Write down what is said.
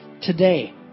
today